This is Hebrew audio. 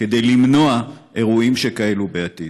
כדי למנוע אירועים שכאלו בעתיד.